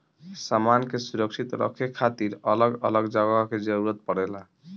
सामान के सुरक्षित रखे खातिर अलग अलग जगह के जरूरत पड़ेला